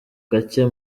gake